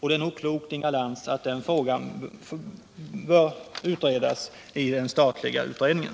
Det är nog klokt, Inga Lantz, och den frågan utreds av den statliga utredningen.